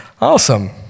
Awesome